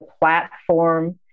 platform